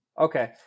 okay